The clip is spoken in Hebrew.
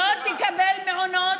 היא לא תקבל מעונות,